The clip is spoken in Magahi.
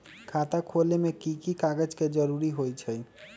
खाता खोले में कि की कागज के जरूरी होई छइ?